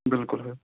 بِلکُل حظ